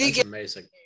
amazing